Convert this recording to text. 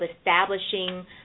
establishing